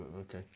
Okay